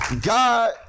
God